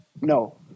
no